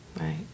Right